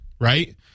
right